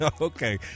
Okay